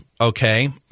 okay